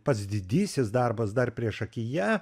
pats didysis darbas dar priešakyje